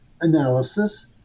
analysis